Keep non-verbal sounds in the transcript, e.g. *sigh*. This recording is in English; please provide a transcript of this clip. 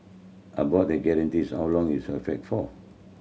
about the guarantees how long is *unintelligible* for